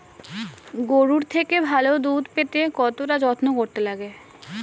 গরুর থেকে ভালো দুধ পেতে কতটা যত্ন করতে লাগে